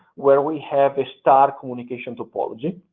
where we have a star communication topology,